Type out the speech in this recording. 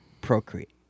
procreate